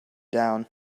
down